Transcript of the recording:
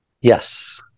yes